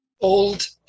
Old